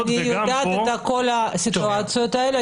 --- אני מבינה את כל הסיטואציות האלה,